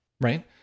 right